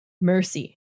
mercy